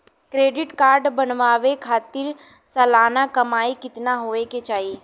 Credit card बनवावे खातिर सालाना कमाई कितना होए के चाही?